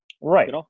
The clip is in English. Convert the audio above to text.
Right